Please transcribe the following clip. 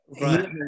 Right